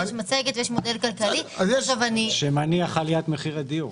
יש מצגת ויש מודל כלכלי --- שמניח את עליית מחירי דיור,